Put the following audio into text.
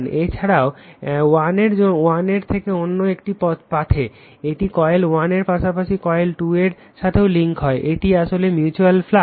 এ ছাড়াও 1 থেকে অন্য একটি পাথে এটি কয়েল 1 এর পাশাপাশি কয়েল 2 এর সাথেও লিংক হয় এটি আসলে মিউচ্যুয়াল ফ্লাক্স